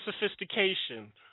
sophistication